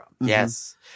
Yes